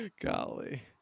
Golly